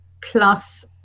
plus